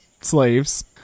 slaves